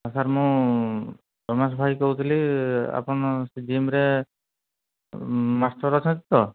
sir ମୁଁ ରମେଶ ଭାଇ କହୁଥିଲି ଆପଣ ସେ ଜିମ୍ରେ ମାଷ୍ଟର୍ ଅଛନ୍ତି ତ